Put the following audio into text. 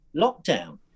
lockdown